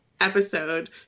episode